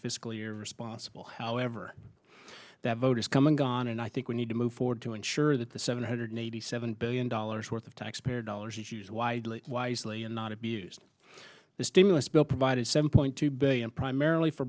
fiscally irresponsible however that voters come and gone and i think we need to move forward to ensure that the seven hundred eighty seven billion dollars worth of taxpayer dollars is used widely wisely and not abused the stimulus bill provided seven point two billion primarily for